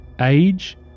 age